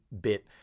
bit